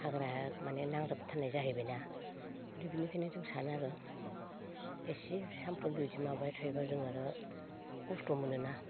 हाग्राया माने नांजाबथारनाय जाहैबायना मानि बेनिखायनो जों सानो आरो एसे सामफ्रामबो इदि माबाबाय थायोब्ला जों आरो खस्थ' मोनोना